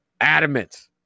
adamant